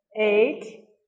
eight